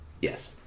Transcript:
Yes